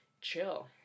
chill